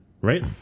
right